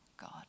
God